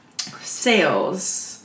sales